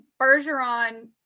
bergeron